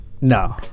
No